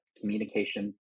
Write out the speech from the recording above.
communication